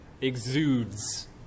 exudes